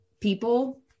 people